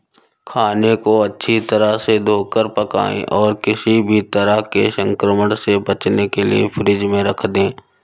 खाने को अच्छी तरह से धोकर पकाएं और किसी भी तरह के संक्रमण से बचने के लिए फ्रिज में रख दें